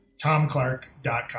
tomclark.com